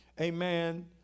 Amen